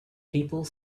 people